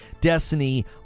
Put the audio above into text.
destiny